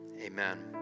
amen